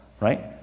Right